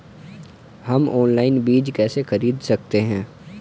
हम ऑनलाइन बीज कैसे खरीद सकते हैं?